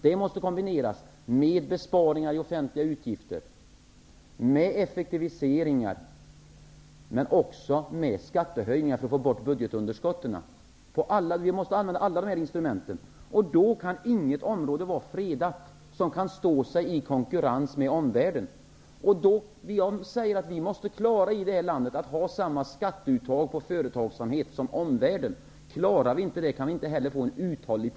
Det måste kombineras med besparingar i offentliga utgifter, med effektiviseringar och med skattehöjningar; detta för att få bort budgetunderskottet. Vi måste använda alla dessa instrument. Inget område får då vara fredat när det gäller att kunna stå sig i konkurrens med omvärlden. Man säger att vi måste klara av att ha samma skatteuttag på företagsamhet som omvärlden. Om vi inte klarar det, kan vi inte heller få tillväxt.